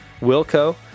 Wilco